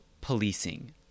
policing